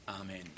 Amen